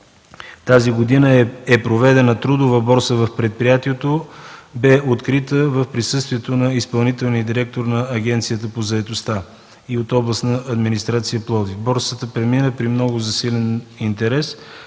тази година е проведена трудова борса в предприятието. Тя бе открита в присъствието на изпълнителния директор на Агенцията по заетостта и Областна администрация – Пловдив. Борсата премина при много засилен интерес.